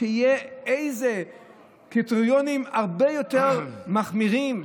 שיהיו קריטריונים הרבה יותר מחמירים?